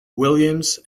williams